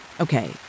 Okay